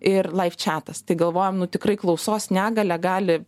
ir laiv čiatas tai galvojom nu tikrai klausos negalią gali